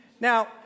Now